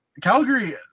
Calgary